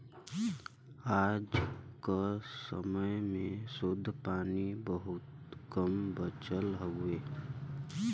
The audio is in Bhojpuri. आज क समय में शुद्ध पानी बहुत कम बचल हउवे